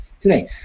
today